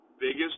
biggest